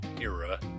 era